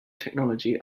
technology